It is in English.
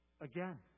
again